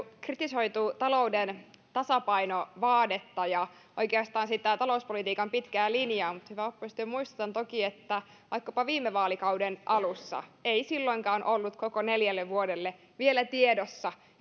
kritisoitu talouden tasapainovaadetta ja oikeastaan talouspolitiikan pitkää linjaa mutta hyvä oppositio muistutan toki että vaikkapa viime vaalikauden alussa ei silloinkaan ollut koko neljälle vuodelle vielä tiedossa